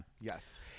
Yes